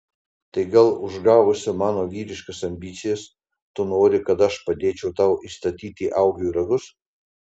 tai gal užgavusi mano vyriškas ambicijas tu nori kad aš padėčiau tau įstatyti augiui ragus